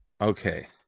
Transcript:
okay